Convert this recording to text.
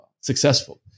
successful